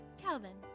Calvin